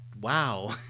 wow